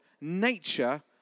nature